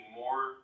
more